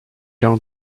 down